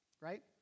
right